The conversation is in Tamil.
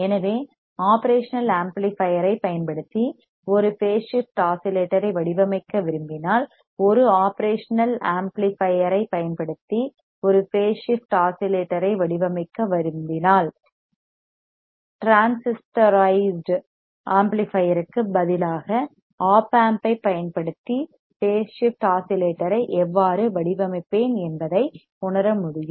எனவே ஒப்ரேஷனல் ஆம்ப்ளிபையர்யைப் பயன்படுத்தி ஒரு பேஸ் ஷிப்ட் ஆஸிலேட்டரை வடிவமைக்க விரும்பினால் ஒரு ஒப்ரேஷனல் ஆம்ப்ளிபையர்யைப் பயன்படுத்தி ஒரு பேஸ் ஷிப்ட் ஆஸிலேட்டரை வடிவமைக்க விரும்பினால் டிரான்சிஸ்டோரைஸ்ட் ஆம்ப்ளிபையர்க்கு பதிலாக ஒப் ஆம்பைப் பயன்படுத்தி பேஸ் ஷிப்ட் ஆஸிலேட்டரை எவ்வாறு வடிவமைப்பேன் என்பதை உணர முடியும்